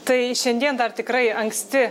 tai šiandien dar tikrai anksti